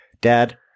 Dad